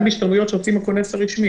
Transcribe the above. גם השתלמויות שעושה הכונס הרשמי,